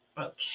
Okay